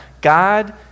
God